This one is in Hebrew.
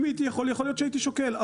אם הייתי יכול להיות שהייתי שוקל,